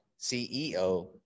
CEO